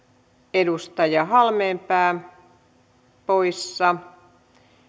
edustaja halmeenpää poissa